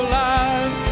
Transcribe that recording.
life